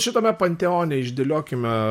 šitame panteone išdėliokime